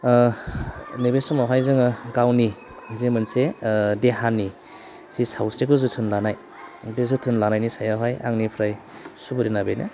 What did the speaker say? नैबे समावहाय जोङो गावनि जि मोनसे देहानि जि सावस्रिखौ जोथोन लानाय बे जोथोन लानायनि सायावहाय आंनिफ्राय सुबुरनआ बेनो